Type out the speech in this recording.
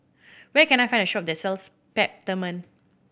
where can I find a shop that sells Peptamen